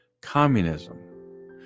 communism